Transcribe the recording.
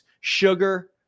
sugar